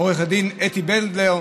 עורכת הדין אתי בנדלר,